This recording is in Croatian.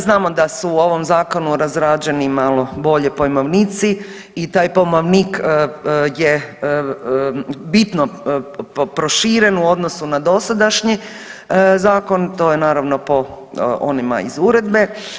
Znamo da su u ovom zakonu razrađeni malo bolji pojmovnici i taj pojmovnik je bitno proširen u odnosu na dosadašnji zakon, to je naravno po onima iz uredbe.